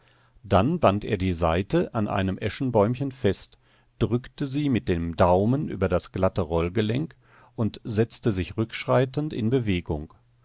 dann band er die saite an einem eschenbäumchen fest drückte sie mit dem daumen über das glatte rollgelenk und setzte sich rückschreitend in bewegung